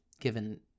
given